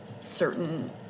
certain